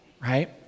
right